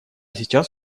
сейчас